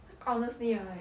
cause honestly right